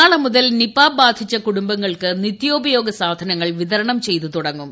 നാളെ മുതൽ നിപ ബാധിച്ച കുടുംബങ്ങൾക്ക് നിത്യോപയോഗ സാധനങ്ങൾ ്വിതരണം ചെയ്ത് തുടങ്ങും